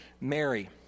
Mary